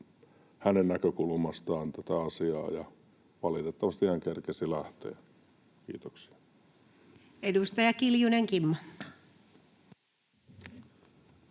hänen näkökulmastaan tätä asiaa, mutta valitettavasti hän kerkesi lähteä. — Kiitoksia. Edustaja Kiljunen, Kimmo.